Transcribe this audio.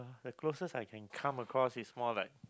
the closest I can come across is more like